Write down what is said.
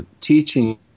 teaching